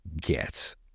get